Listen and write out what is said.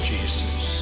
Jesus